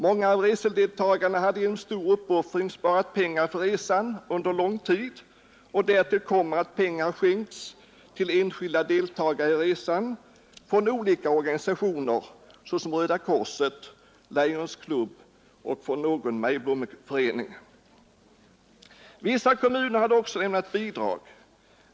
Många av resedeltagarna hade genom stor uppoffring sparat pengar för resan under lång tid, och därtill kommer att pengar skänkts till enskilda deltagare i resan från olika organisationer, såsom Röda korset, Lions klubb och någon majblommeförening. Vissa kommuner hade också lämnat bidrag.